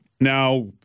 Now